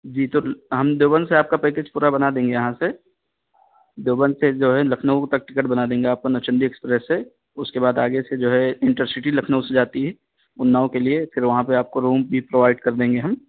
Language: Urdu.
جی تو ہم دیوبند سے آپ کا پیکج پورا بنا دیں گے یہاں سے دیوبند سے جو ہے لکھنؤ تک ٹکٹ بنا دیں گے آپ کا نوچندی ایکسپریس سے اس کے بعد آگے سے جو ہے انٹرسٹی لکھنؤ سے جاتی ہے اناؤ کے لیے پھر وہاں پہ آپ کو روم بھی پرائیڈ کر دیں گے ہم